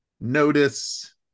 notice